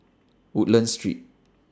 Woodlands Street